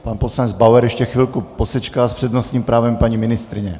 Pan poslanec Bauer ještě chvilku posečká, s přednostním právem paní ministryně.